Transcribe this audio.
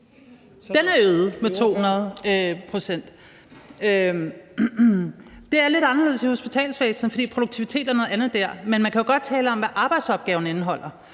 sat arbejdstiden ned. Det er lidt anderledes i hospitalsvæsenet, fordi produktivitet er noget andet der. Men man kan jo godt tale om, hvad arbejdsopgaverne indeholder.